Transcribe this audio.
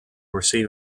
receive